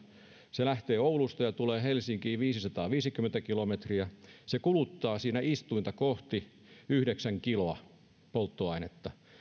se lähtee oulusta ja tulee helsinkiin viisisataaviisikymmentä kilometriä se kuluttaa siinä istuinta kohti yhdeksän kiloa polttoainetta